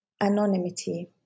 anonymity